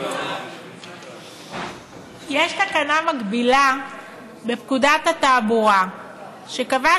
יש תקנה מקבילה בפקודת התעבורה שקבעה